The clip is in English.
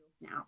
now